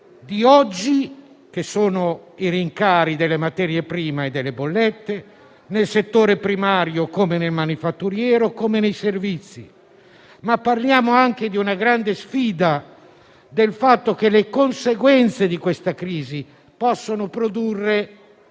di oggi, che sono i rincari delle materie prime e delle bollette, nel settore primario come nel manifatturiero, come nei servizi. Ma parliamo anche di una grande sfida: parliamo del fatto che le conseguenze di questa crisi possono produrre